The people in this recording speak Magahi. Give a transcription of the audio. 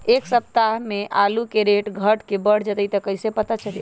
एक सप्ताह मे आलू के रेट घट ये बढ़ जतई त कईसे पता चली?